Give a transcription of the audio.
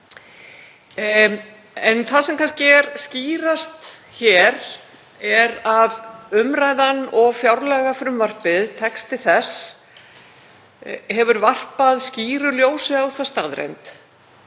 En það sem kannski er skýrast hér er að umræðan og fjárlagafrumvarpið, texti þess, hefur varpað skýru ljósi á þá staðreynd